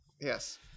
yes